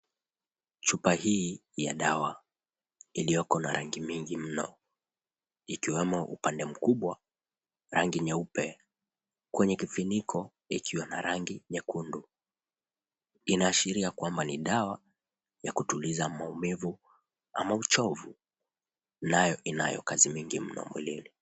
Chupa hii ya dawa, iliyoko na rangi mingi mno, ikiwemo upande mkubwa rangi nyeupe, kwenye kifuniko ikiwa na rangi nyekundu, inaashiria kwamba ni dawa ya kutuliza maumivu au uchovu, nayo ina kazi nyingi mno mwilini.